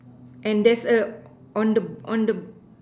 and there's a on the on the